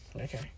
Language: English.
Okay